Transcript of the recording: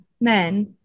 men